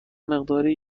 مقداری